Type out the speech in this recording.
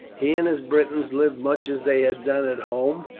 he and his britons lived much as they had done at home.